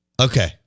Okay